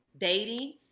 dating